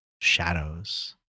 shadows